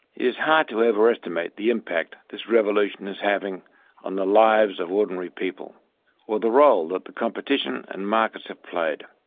is hard to overestimate the impact this revolution is having on the lives of ordinary people or the role that the competition and markets have played.